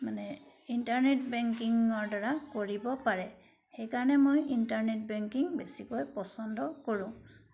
মানে ইণ্টাৰনেট বেংকিঙৰ দ্বাৰা কৰিব পাৰে সেইকাৰণে মই ইণ্টাৰনেট বেংকিং বেছিকৈ পচন্দ কৰোঁ